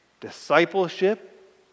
discipleship